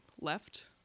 left